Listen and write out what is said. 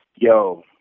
Yo